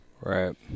Right